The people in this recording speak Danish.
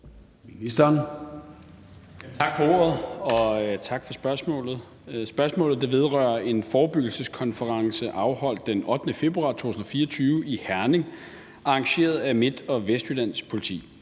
Tak for ordet. Og tak for spørgsmålet. Spørgsmålet vedrører en forebyggelseskonference afholdt den 8. februar 2024 i Herning og arrangeret af Midt- og Vestjyllands Politi,